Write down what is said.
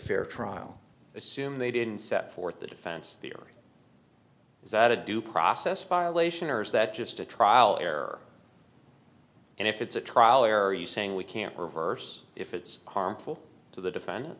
fair trial assume they didn't set forth the defense theory is that a due process violation or is that just a trial error and if it's a trial are you saying we can't reverse if it's harmful to the defendant